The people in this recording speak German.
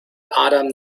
adam